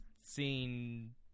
seen